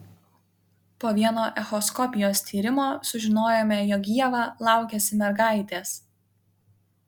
po vieno echoskopijos tyrimo sužinojome jog ieva laukiasi mergaitės